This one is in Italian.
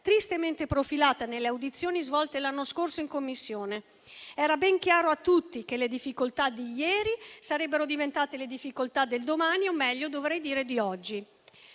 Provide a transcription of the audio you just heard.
tristemente profilata nelle audizioni svolte l'anno scorso in Commissione. Era ben chiaro a tutti che le difficoltà di ieri sarebbero diventate le difficoltà del domani, o meglio dovrei dire di oggi.